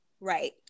Right